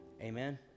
Amen